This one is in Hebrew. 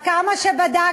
עד כמה שבדקתי,